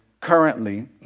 currently